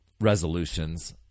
resolutions